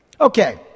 Okay